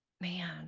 Man